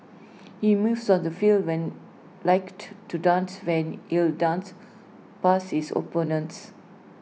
his moves on the field when likened to dance where he'll 'dance' past his opponents